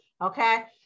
okay